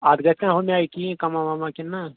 اَتھ گژھِ نا ہُمہِ آیہِ کِہیٖنٛۍ کَما وَما کِنہٕ نا